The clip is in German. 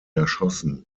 erschossen